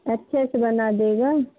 अच्छे से बना देगा